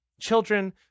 children